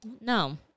No